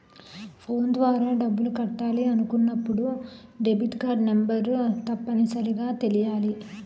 phone ద్వారా డబ్బులు కట్టాలి అనుకున్నప్పుడు డెబిట్కార్డ్ నెంబర్ తప్పనిసరిగా తెలియాలి